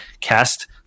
Cast